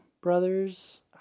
Brothers